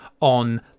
on